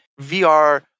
VR